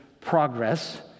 progress